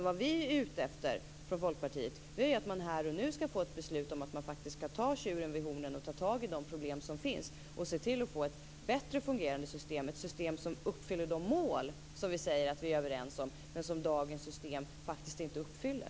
Vad vi i Folkpartiet är ute efter är att här och nu få ett beslut om att man faktiskt skall ta tjuren vid hornen, ta tag i de problem som finns och se till att få ett bättre fungerande system, ett system som uppfyller de mål som vi säger att vi är överens om men som dagens system faktiskt inte uppfyller.